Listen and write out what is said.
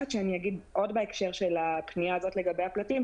את כל ההוראות העסקיות והדרישות שהחקיקה קובעת,